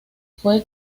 fue